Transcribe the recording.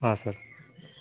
ହଁ ସାର୍